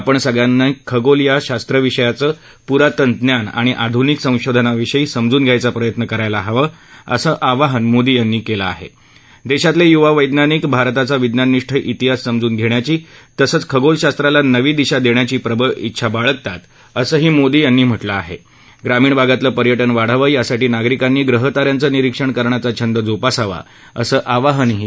आपण सगळ्यांनी खगोल शास्त्राविषयीचं पूरातन ज्ञान आणि आधुनिक शोधांविषयी समजून घ्यायचा प्रयत्न करायला हवा असं आवाहनही मोदी यांनी कलि आहा देमितला युवा वैज्ञानिकांमध्या शिरताचा विज्ञाननिष्ठ शिंहास समजून घेखिची तसंच खगोल शास्त्राला नवी दिशा दखिची प्रबळ उछा दिसतखिसंही मोदी यांनी म्हटलं आहा गामीण भागातलं पर्यटन वाढावं यासाठी नागरिकांनी ग्रह ताऱ्यांचं निरीक्षण करण्याचा छंद जोपासावा असं आवाहनही त्यांनी केल